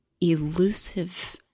elusive